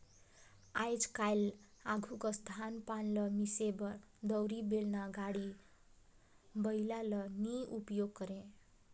आएज काएल आघु कस धान पान ल मिसे बर दउंरी, बेलना, गाड़ी बइला ल नी उपियोग करे